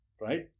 right